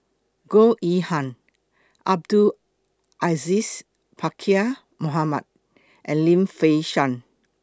Goh Yihan Abdul Aziz Pakkeer Mohamed and Lim Fei Shen